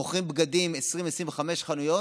מוכרים בגדים, 20, 25 חנויות,